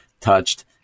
touched